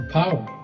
power